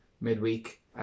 midweek